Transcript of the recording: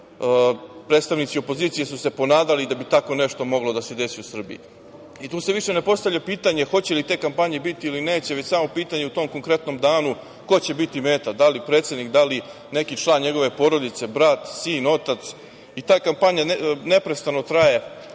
predstavnici opozicije su se ponadali da bi tako nešto moglo da se desi u Srbiji. I tu se više ne postavlja pitanje hoće li te kampanje biti ili neće, već samo pitanje u tom konkretnom danu ko će biti meta, da li predsednik, neki član njegove porodice, brat, sin, otac i ta kampanja neprestano traje